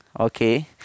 Okay